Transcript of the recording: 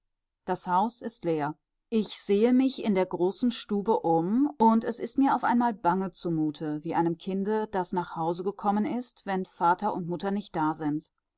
das haus ist leer ich sehe mich in der großen stube um und es ist mir auf einmal bange zumute wie einem kinde das nach hause gekommen ist wenn vater und mutter nicht da sind